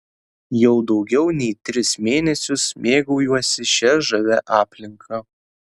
jau daugiau nei tris mėnesius mėgaujuosi šia žavia aplinka